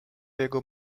jego